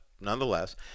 nonetheless